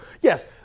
yes